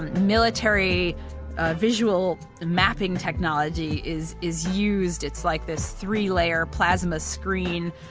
military visual mapping technology is is used. it's like this three-layer plasma screen.